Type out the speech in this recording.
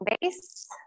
base